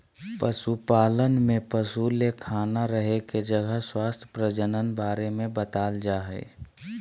पशुपालन में पशु ले खाना रहे के जगह स्वास्थ्य प्रजनन बारे में बताल जाय हइ